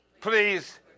Please